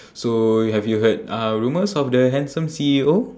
so have you heard uh rumors of the handsome C_E_O